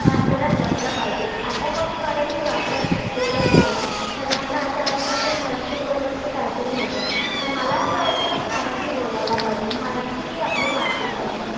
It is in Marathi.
भाषेला जपलं पाहिजे आता कोणी मराठी वापरत बोलत नाही सगळ्यांना असं वाटतं की मराठी बोललं की काहीतरी होतं पण मला असं वाटतं की मराठी बोलायला पाहिजे मराठी ही आपली मातृभाषा आहे